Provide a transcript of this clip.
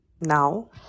now